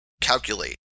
calculate